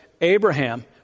Abraham